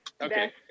Okay